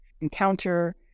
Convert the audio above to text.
encounter